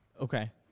Okay